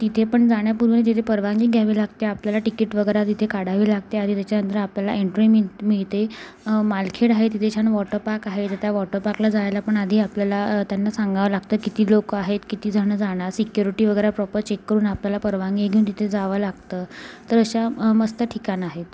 तिथे पण जाण्यापूर्वी तिथे परवानगी घ्यावी लागते आपल्याला टिकिट वगैरे तिथे काढावी लागते आणि त्याच्यानंतर आपल्याला एंट्री मिळ मिळते मालखेड आहे तिथे छान वॉटरपार्क आहे त्या वॉटरपार्कला जायला पण आधी आपल्याला त्यांना सांगावं लागतं किती लोकं आहेत कितीजणं जाणार सिक्युरिटी वगैरे प्रॉपर चेक करून आपल्याला परवानगी घेऊन तिथे जावं लागतं तर अशा मस्त ठिकाणं आहेत